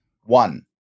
One